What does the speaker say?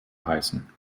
heißen